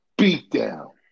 beatdown